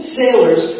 sailors